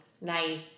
nice